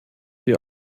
die